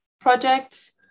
projects